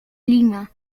lima